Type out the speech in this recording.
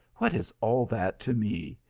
what is all that to me.